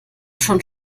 schon